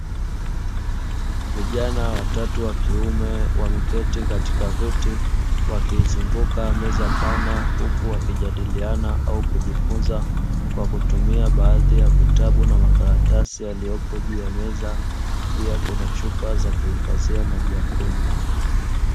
Vijana watatu wa kiume wameketi katika viti wakizunguka meza pana, huku wakijadiliana au kujifunza kwa kutumia baadhi ya vitabu na makaratasi yaliyopo juu ya meza. Pia kuna chupa za kuhifadhia maji ya kunywa.